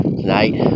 tonight